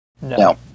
No